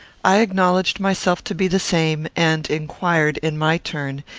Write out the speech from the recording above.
i acknowledged myself to be the same, and inquired, in my turn,